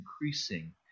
increasing